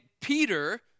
Peter